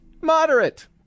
moderate